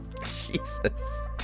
Jesus